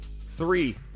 three